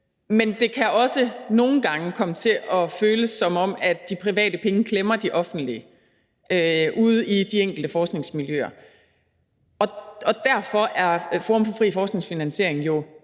Men det kan også nogle gange komme til at føles, som om de private penge glemmer de offentlige ude i de enkelte forskningsmiljøer, og derfor er Forum for Forskningsfinansiering jo